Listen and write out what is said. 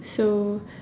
so